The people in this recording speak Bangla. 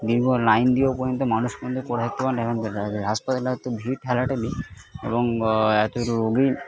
দীর্ঘ লাইন দিয়েও পর্যন্ত মানুষ পর্যন্ত করে উঠতে পারে না হাসপাতালে এতো ভিড় ঠেলা ঠেলি এবং এতো রোগী